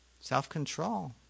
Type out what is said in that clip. Self-control